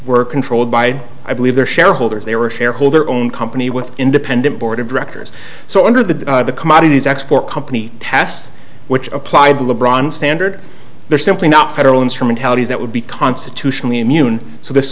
were controlled by i believe their shareholders they were a shareholder own company with independent board of directors so under the the commodities export company test which apply the le bron standard they're simply not federal instrumentalities that would be constitutionally immune so this